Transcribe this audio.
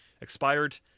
expired